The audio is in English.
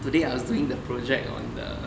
today I was doing the project on the